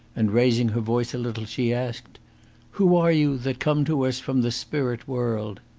and raising her voice a little, she asked who are you that come to us from the spirit-world?